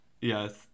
Yes